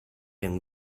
and